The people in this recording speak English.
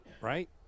right